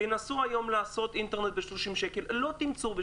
תנסו היום לעשות אינטרנט ב-30 שקלים לא תמצאו.